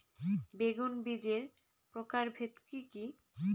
বেগুন বীজের প্রকারভেদ কি কী?